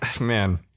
man